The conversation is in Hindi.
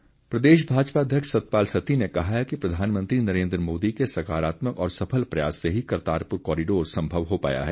सत्ती प्रदेश भाजपा अध्यक्ष सतपाल सत्ती ने कहा है कि प्रधानमंत्री नरेन्द्र मोदी के सकारात्मक और सफल प्रयास से ही करतारपुर कॉरिडोर संभव हो पाया है